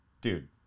dude